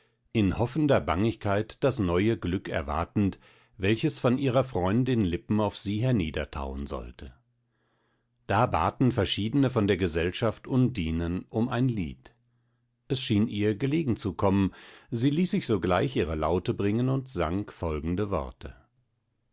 in hoffender bangigkeit das neue glück erwartend welches von ihrer freundin lippen auf sie herniedertauen sollte da baten verschiedne von der gesellschaft undinen um ein lied es schien ihr gelegen zu kommen sie ließ sich sogleich ihre laute bringen und sang folgende worte